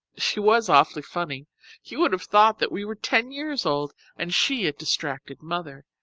she was awfully funny you would have thought that we were ten years old, and she a distracted mother.